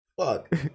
Fuck